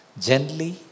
Gently